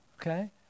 okay